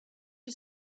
you